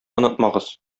онытмагыз